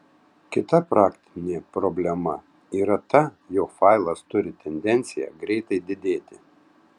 kita praktinė problema yra ta jog failas turi tendenciją greitai didėti